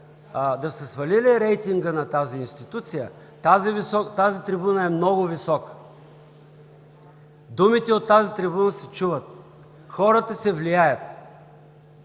да са свалили рейтинга на тази институция, тази трибуна е много висока. Думите от тази трибуна се чуват, хората се влияят.